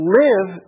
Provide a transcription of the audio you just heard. live